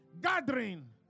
gathering